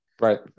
right